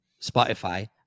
Spotify